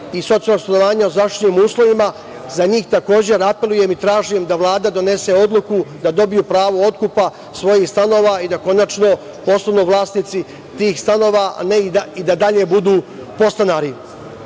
i socijalnog stanovanja o zaštitnim uslovima, za njih takođe apelujem i tražim da Vlada donese odluku da dobiju pravo otkupa svojih stanova i da konačno postanu vlasnici tih stanova, a ne i da dalje budu podstanari. Dakle,